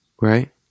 Right